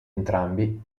entrambi